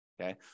okay